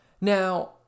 Now